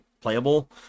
playable